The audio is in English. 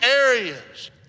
areas